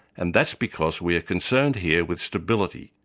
and that's because we're concerned here with stability.